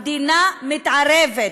המדינה מתערבת